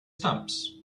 stamps